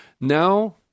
now